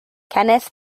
kenneth